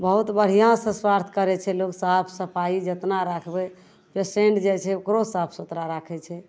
बहुत बढ़िआँसे स्वच्छ करै छै लोक साफ सफाइ जतना राखबै पेशेन्ट जे छै ओकरो साफ सुथरा राखै छै